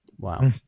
Wow